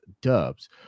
dubs